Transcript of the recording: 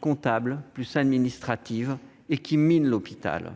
comptables, administratives et bureaucratiques qui minent l'hôpital.